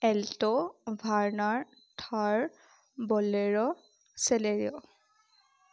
alto Verna Thar bolero Celerio